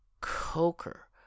Coker